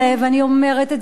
אני אומרת את זה בצער,